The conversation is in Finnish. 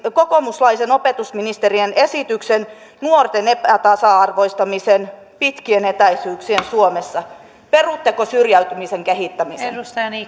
kokoomuslaisen opetusministerin esityksen nuorten epätasa arvoistamisen pitkien etäisyyksien suomessa perutteko syrjäytymisen kehittämisen